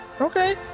Okay